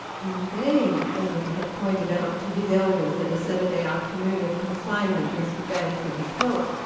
in vain edwin had pointed out to his elders that a saturday afternoon of confinement must be bad for his health.